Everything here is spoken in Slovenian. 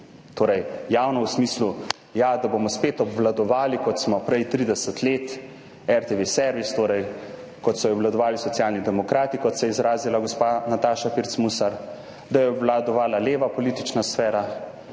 Torej javno v smislu, ja, da bomo spet obvladovali, kot smo prej 30 let, servis RTV, torej kot so jo obvladovali Socialni demokrati, kot se je izrazila gospa Nataša Pirc Musar, da jo je obvladovala leva politična sfera,